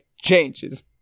changes